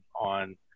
on